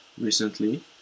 recently